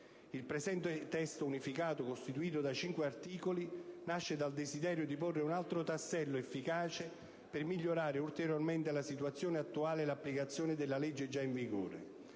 Il presente testo unificato, costituito da cinque articoli, nasce dal desiderio di porre un altro tassello efficace per migliorare ulteriormente la situazione attuale e l'applicazione della legge già in vigore.